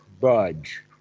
budge